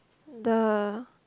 the